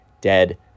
dead